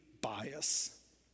bias